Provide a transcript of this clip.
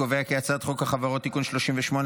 להעביר את הצעת חוק החברות (תיקון מס' 38),